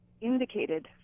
indicated